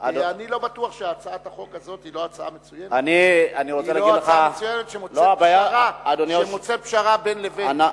אני לא בטוח שהצעת החוק הזאת היא לא הצעה מצוינת שמוצאת פשרה בין לבין.